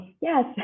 yes